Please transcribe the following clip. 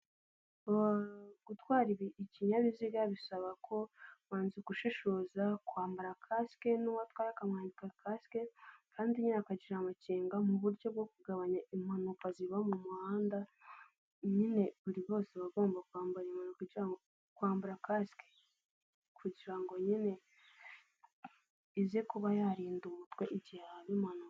Gutwara ikinyabiziga bisaba ko ubanza gushishoza kwambara kasike n'uwo atwaye akamwambika kasike kandi akagira amakenga mu buryo bwo kugabanya impanuka ziba mu muhanda, nyine buri wese bagomba kwambara impuzana kugira ngo kwambara kasike kugira ngo nyine ize kuba yarinda umutwe icya.